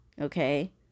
okay